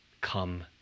come